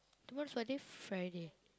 tomorrow is what day Friday